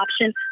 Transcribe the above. option